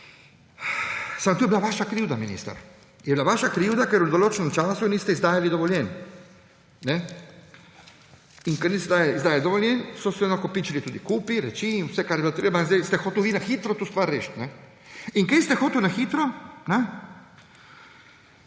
Samo to je bila vaša krivda, minister, je bila vaša krivda, ker v določenem času niste izdajali dovoljenj. In ker niste izdajali dovoljenj, so se nakopičili tudi kupi reči in vse, kar je bilo treba. In sedaj ste hoteli vi na hitro to stvar rešiti. In kaj ste hoteli na hitro?